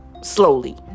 slowly